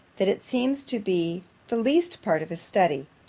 that it seems to be the least part of his study.